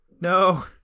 No